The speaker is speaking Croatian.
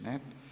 Ne.